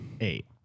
Eight